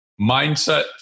mindset